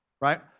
right